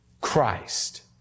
Christ